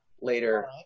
later